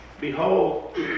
Behold